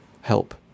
help